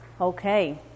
Okay